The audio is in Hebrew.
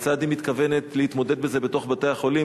כיצד היא מתכוונת להתמודד עם זה בתוך בתי-החולים,